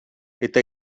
eta